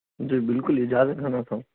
جی بالکل اجازت ہے نا سر